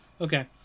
Okay